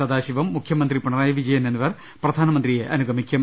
സദാശിവം മുഖ്യമന്ത്രി പിണറായി വിജയൻ എന്നിവർ പ്രധാനമന്ത്രിയെ അനുഗമിക്കും